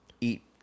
eat